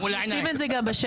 אנחנו עושים את זה גם בשטח.